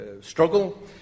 struggle